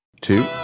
Two